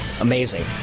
Amazing